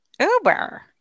Uber